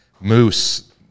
Moose